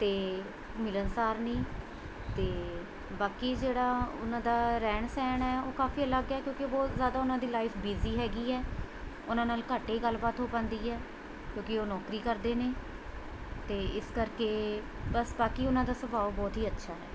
ਅਤੇ ਮਿਲਨਸਾਰ ਨੇ ਅਤੇ ਬਾਕੀ ਜਿਹੜਾ ਉਹਨਾਂ ਦਾ ਰਹਿਣ ਸਹਿਣ ਹੈ ਉਹ ਕਾਫੀ ਅਲੱਗ ਹੈ ਕਿਉਂਕਿ ਬਹੁਤ ਜ਼ਿਆਦਾ ਉਹਨਾਂ ਦੀ ਲਾਈਫ ਬਿਜ਼ੀ ਹੈਗੀ ਹੈ ਉਹਨਾਂ ਨਾਲ਼ ਘੱਟ ਏ ਗੱਲਬਾਤ ਹੋ ਪਾਉਂਦੀ ਹੈ ਕਿਉਂਕਿ ਉਹ ਨੌਕਰੀ ਕਰਦੇ ਨੇ ਅਤੇ ਇਸ ਕਰਕੇ ਬਸ ਬਾਕੀ ਉਹਨਾਂ ਦਾ ਸੁਭਾਵ ਬਹੁਤ ਹੀ ਅੱਛਾ ਹੈ